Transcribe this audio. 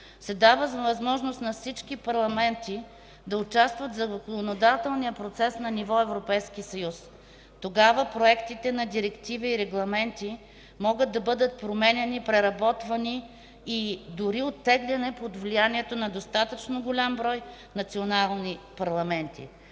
се дава възможност на всички парламенти да участват в законодателния процес на ниво Европейски съюз. Тогава проектите на директиви и регламенти могат да бъдат променяни, преработвани и дори оттегляни под влиянието на достатъчно голям брой национални парламенти.